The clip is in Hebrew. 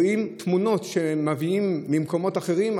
תמונות שמביאים ממקומות אחרים.